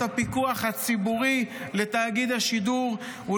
הפיקוח הציבורי לתאגיד השידור -- תודה רבה.